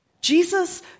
Jesus